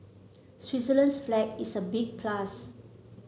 Switzerland's flag is a big plus